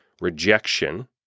rejection